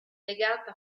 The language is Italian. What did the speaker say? legata